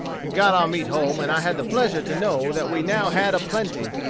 we got our meat home, and i had the pleasure to know that we now had a plenty,